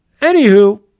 anywho